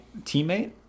teammate